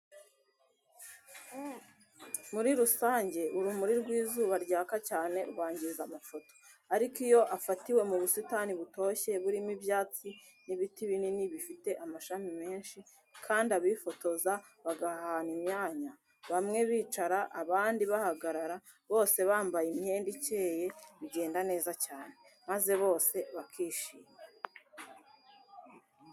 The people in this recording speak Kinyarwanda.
Muri rusange urumuri rw'izuba ryaka cyane rwangiza amafoto, ariko iyo afatiwe mu busitani butoshye, burimo ibyatsi n'ibiti binini bifite amashami menshi, kandi abifotoza bagahana imyanya, bamwe bicara abandi bagahagarara, bose bambaye imyenda ikeye bigenda neza cyane, maze bose bakishima.